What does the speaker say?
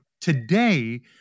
today